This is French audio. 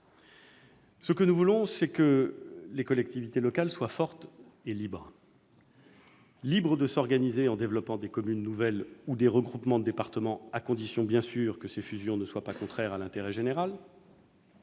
prêtes. Nous voulons que les collectivités locales soient fortes et libres : libres de s'organiser en développant des communes nouvelles ou des regroupements de départements à condition, bien sûr, que ces fusions ne soient pas contraires à l'intérêt général